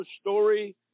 story